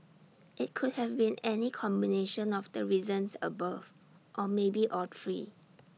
IT could have been any combination of the reasons above or maybe all three